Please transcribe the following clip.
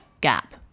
gap